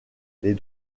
les